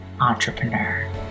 entrepreneur